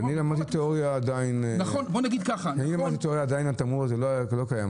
כשאני למדתי תיאוריה, התמרור הזה לא היה קיים.